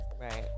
right